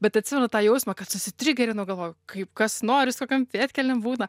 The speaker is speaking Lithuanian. bet atsimenu tą jausmą kad susitrigerino ir nu galvpju kaip kas nori su tokiom pėdkelnėm būna